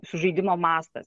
sužeidimo mastas